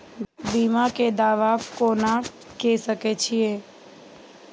बीमा के दावा कोना के सके छिऐ?